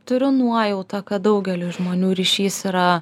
turiu nuojautą kad daugeliui žmonių ryšys yra